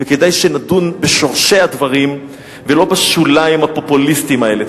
וכדאי שנדון בשורשי הדברים ולא בשוליים הפופוליסטיים האלה.